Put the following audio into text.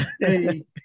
Hey